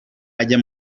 ajya